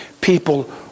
people